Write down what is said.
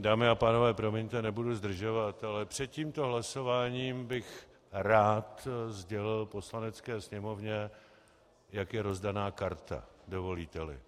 Dámy a pánové, promiňte, nebudu zdržovat, ale před tímto hlasováním bych rád sdělil Poslanecké sněmovně, jak je rozdaná karta, dovolíteli.